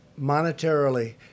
monetarily